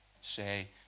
say